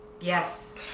Yes